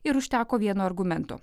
ir užteko vieno argumento